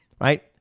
right